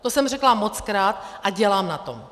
To jsem řekla mockrát a dělám na tom.